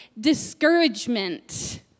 discouragement